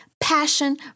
passion